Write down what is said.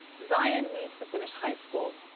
zion needs to finish high school